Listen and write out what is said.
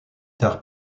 tard